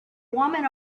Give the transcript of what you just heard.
woman